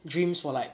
dreams for like